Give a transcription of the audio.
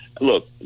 look